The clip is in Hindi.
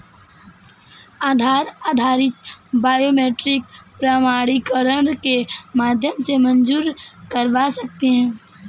आधार आधारित बायोमेट्रिक प्रमाणीकरण के माध्यम से मंज़ूर करवा सकते हैं